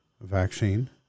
vaccine